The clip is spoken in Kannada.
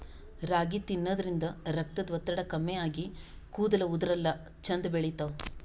ರಾಗಿ ತಿನ್ನದ್ರಿನ್ದ ರಕ್ತದ್ ಒತ್ತಡ ಕಮ್ಮಿ ಆಗಿ ಕೂದಲ ಉದರಲ್ಲಾ ಛಂದ್ ಬೆಳಿತಾವ್